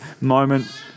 moment